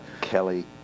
Kelly